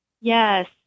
Yes